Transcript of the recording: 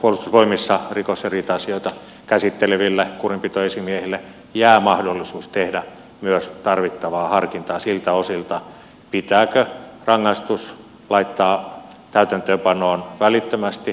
puolustusvoimissa rikos ja riita asioita käsitteleville kurinpitoesimiehille jää mahdollisuus tehdä myös tarvittavaa harkintaa siltä osin pitääkö rangaistus laittaa täytäntöönpanoon välittömästi